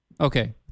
Okay